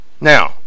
now